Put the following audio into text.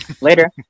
Later